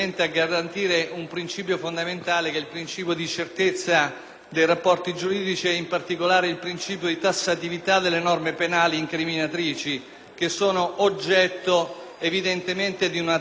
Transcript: dei rapporti giuridici e, in particolare, la tassatività delle norme penali incriminatrici, evidentemente oggetto di una tutela sottolineata da parte della Costituzione della Repubblica.